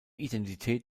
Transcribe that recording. identität